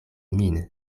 min